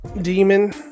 demon